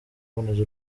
kuboneza